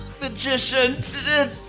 Magician